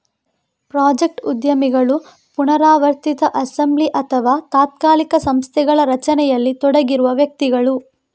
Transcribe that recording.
project ಉದ್ಯಮಿಗಳು ಪುನರಾವರ್ತಿತ assembly ಅಥವಾ ತಾತ್ಕಾಲಿಕ ಸಂಸ್ಥೆಗಳ ರಚನೆಯಲ್ಲಿ ತೊಡಗಿರುವ ವ್ಯಕ್ತಿಗಳು